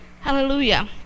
Hallelujah